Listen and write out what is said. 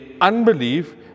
unbelief